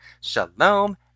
Shalom